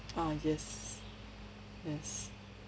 ah yes yes